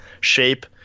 shape